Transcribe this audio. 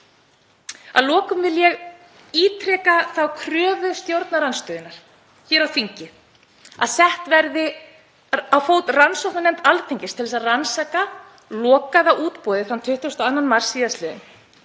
Að lokum vil ég ítreka þá kröfu stjórnarandstöðunnar hér á þingi að sett verði á fót rannsóknarnefnd Alþingis til að rannsaka lokaða útboðið þann 22. mars síðastliðinn.